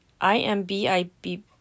I-M-B-I-B